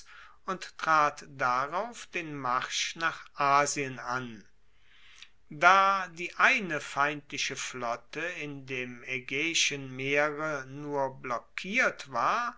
und trat darauf den marsch nach asien an da die eine feindliche flotte in dem aegaeischen meere nur blockiert war